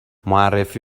معرفی